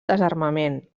desarmament